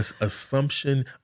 assumption